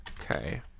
Okay